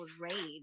rage